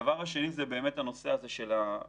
הדבר השני הוא הנושא שלכם